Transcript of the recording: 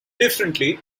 differently